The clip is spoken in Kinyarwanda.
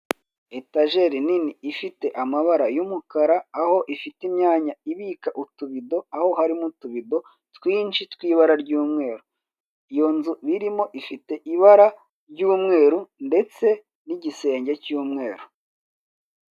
Etajeri nini ifite amabara y'umukara aho ifite imyanya ibika utubido, aho harimo utubido twinshi tw'ibara ry'umweru, iyo nzu birimo ifite ibara ry'umweru ndetse n'igisenge cy'umweru.